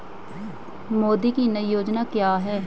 मोदी की नई योजना क्या है?